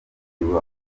rubavu